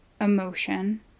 emotion